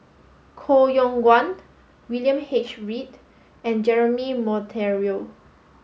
Koh Yong Guan William H Read and Jeremy Monteiro